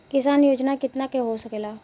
किसान योजना कितना के हो सकेला?